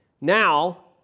Now